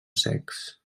secs